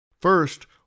First